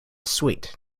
sweet